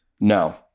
No